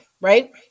right